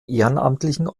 ehrenamtlichen